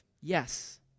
yes